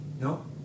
No